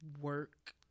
work